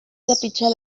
trepitjar